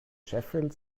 sheffield